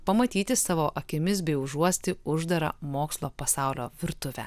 pamatyti savo akimis bei užuosti uždarą mokslo pasaulio virtuvę